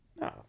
no